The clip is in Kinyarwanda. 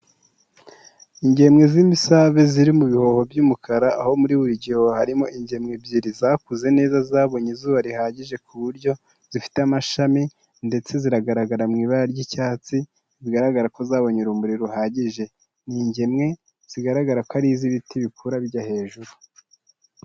Ingemwe z'imisave ziri mu bihoho by'umukara, aho muri buri gihoho harimo ingemwe ebyiri zakuze neza zabonye izuba rihagije ku buryo zifite amashami, ndetse ziragaragara mu ibara ry'icyatsi, bigaragara ko zabonye urumuri ruhagije. Ni ingemwe zigaragara ko ari iz'ibiti bikura bijya hejuru.